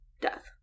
death